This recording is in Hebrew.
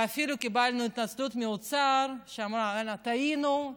ואפילו קיבלנו התנצלות מהאוצר, שאמר: טעינו,